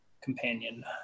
companion